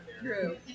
True